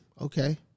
Okay